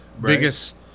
biggest